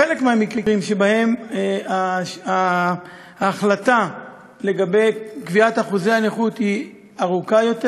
בחלק מהמקרים שבהם תקופת ההחלטה לגבי קביעת אחוזי הנכות היא ארוכה יותר,